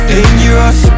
Dangerous